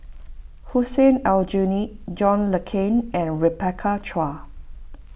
Hussein Aljunied John Le Cain and Rebecca Chua